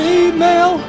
email